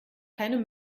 keine